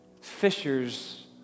fishers